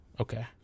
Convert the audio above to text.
Okay